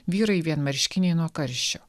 vyrai vienmarškiniai nuo karščio